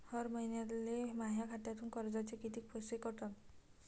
हर महिन्याले माह्या खात्यातून कर्जाचे कितीक पैसे कटन?